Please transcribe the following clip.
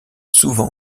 souvent